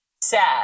sad